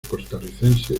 costarricense